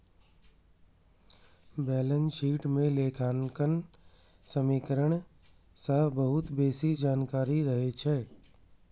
balance sheet मे लेखांकन समीकरण सं बहुत बेसी जानकारी रहै छै